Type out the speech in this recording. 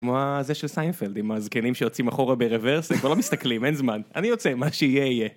כמו הזה של סיינפלד עם הזקנים שיוצאים אחורה ברוורס ולא מסתכלים, אין זמן, אני יוצא מה שיהיה יהיה.